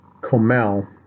Comel